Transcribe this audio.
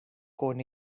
con